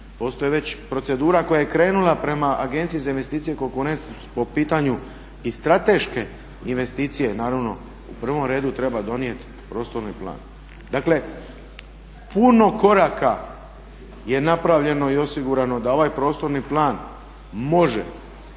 postoji već procedura koja je krenula prema Agenciji za investicije …/Govornik se ne razumije./… po pitanju i strateške investicije. Naravno u prvom redu treba donijeti prostorni plan. Dakle, puno koraka je napravljeno i osigurano da ovaj prostorni plan može